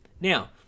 Now